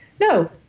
No